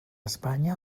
espanya